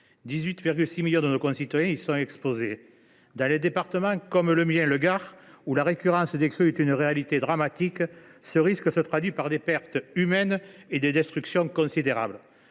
18,6 millions de nos concitoyens y sont exposés. Dans des départements comme le Gard, où la récurrence des crues est une réalité dramatique, ce risque se traduit par des pertes humaines et des destructions considérables.